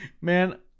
Man